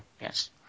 Yes